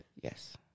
Yes